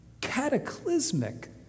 cataclysmic